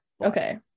Okay